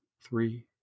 three